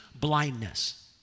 blindness